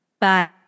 Bye